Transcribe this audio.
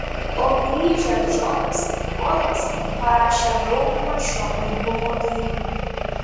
o grįžę džonas ir polas parašė daugumą šio albumo dainų